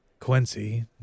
Quincy